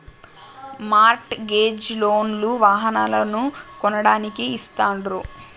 mart gauge loan లు వాహనాలను కొనడానికి ఇస్తాండ్రు